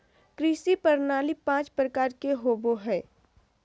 कृषि प्रणाली पाँच प्रकार के होबो हइ